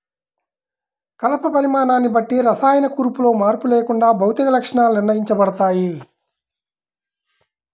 కలప పరిమాణాన్ని బట్టి రసాయన కూర్పులో మార్పు లేకుండా భౌతిక లక్షణాలు నిర్ణయించబడతాయి